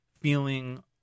feeling